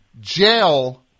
jail